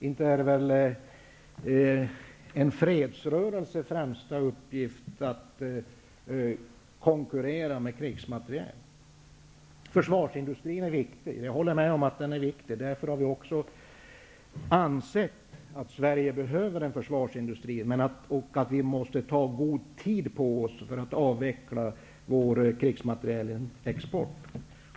Det är väl inte en fredsrörelses främsta uppgift att konkurrera med krigsmaterial. Försvarsindustrin är viktig, och därför anser också Vänsterpartiet att Sverige behöver en försvarsindustri. Vi måste emellertid ta god tid på oss för att avveckla vår krigsmaterielexport.